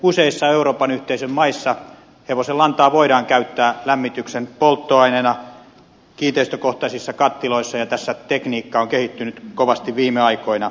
useissa euroopan yhteisön maissa hevosenlantaa voidaan käyttää lämmityksen polttoaineena kiinteistökohtaisissa kattiloissa ja tässä tekniikka on kehittynyt kovasti viime aikoina